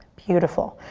beautiful,